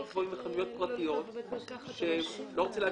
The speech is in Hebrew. גבוהים מחנויות פרטיות - שלא רוצה להגיד,